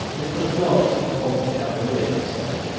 it was not, the haughty cavalier said,